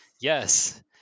yes